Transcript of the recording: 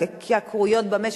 גל ההתייקרויות במשק,